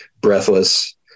breathless